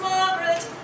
Margaret